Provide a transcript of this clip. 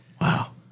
Wow